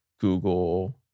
Google